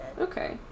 Okay